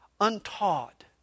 untaught